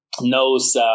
knows